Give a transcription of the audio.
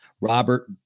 Robert